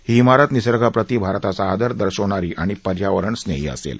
ही इमारत निर्सगाप्रती भारताचा आदर दर्शवणारी आणि पर्यावरण स्नेही असेल